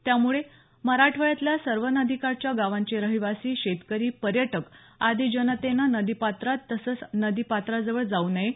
त्यामुळे मराठवाड्यातल्या सर्व नदीकाठच्या गावांचे रहिवासी शेतकरी पर्यटक आदी जनतेनं नदीपात्रात तसंच नदीपात्राजवळ जाऊ नये